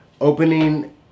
opening